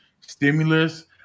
stimulus